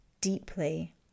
deeply